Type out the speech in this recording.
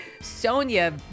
Sonia